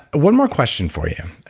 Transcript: one more question for you,